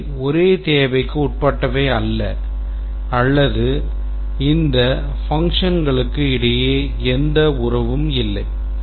அவை ஒரே தேவைக்கு உட்பட்டவை அல்ல அல்லது இந்த functionகளுக்கு இடையே எந்த உறவும் இல்லை